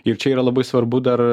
ir čia yra labai svarbu dar